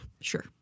sure